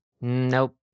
Nope